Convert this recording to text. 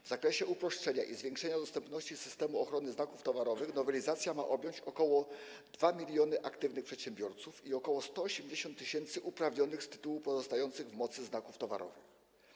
W zakresie uproszczenia i zwiększenia dostępności systemu ochrony znaków towarowych nowelizacja ma objąć ok. 2 mln aktywnych przedsiębiorców i ok. 180 tys. uprawnionych z tytułu pozostających w mocy znaków towarowych.